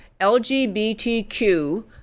LGBTQ